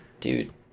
Dude